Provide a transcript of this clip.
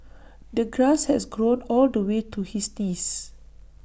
the grass has grown all the way to his knees